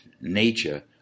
nature